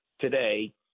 today